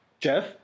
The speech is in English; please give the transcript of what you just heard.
Jeff